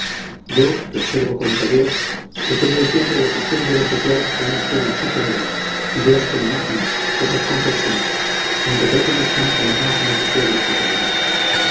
yo que observo cuanto veo he tenido siempre la costumbre de asociar hasta un extremo exagerado ideas con imágenes cosas con personas aunque pertenezcan a las más inasociables categorías